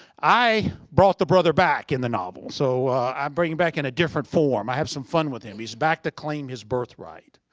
i brought the brother back in the novel, so i bring him back in a different form. i have some fun with him. he's back to claim his birthright.